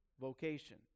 vocation